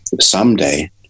someday